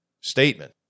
statement